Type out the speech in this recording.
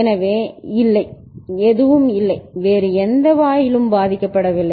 எனவே இல்லை எதுவும் இல்லை வேறு எந்த வாயிலும் பாதிக்கப்படவில்லை